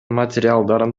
материалдарын